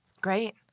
Great